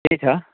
त्यही छ